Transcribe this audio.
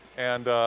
and